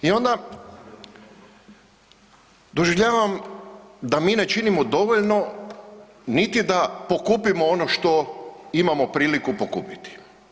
I onda doživljavam da mi ne činimo dovoljno niti da pokupimo ono što imamo priliku pokupiti.